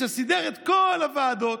שסידר את כל הוועדות,